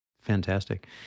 Fantastic